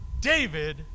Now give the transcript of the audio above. David